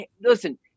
listen